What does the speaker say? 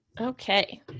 Okay